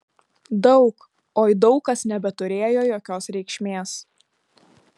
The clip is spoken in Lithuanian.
daug oi daug kas nebeturėjo jokios reikšmės